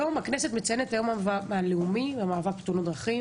הכנסת מציינת היום את יום המאבק הלאומי בתאונות הדרכים.